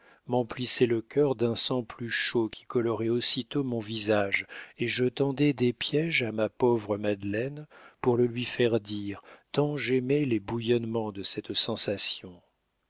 m'emplissait le cœur d'un sang plus chaud qui colorait aussitôt mon visage et je tendais des piéges à ma pauvre madeleine pour le lui faire dire tant j'aimais les bouillonnements de cette sensation